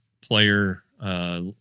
player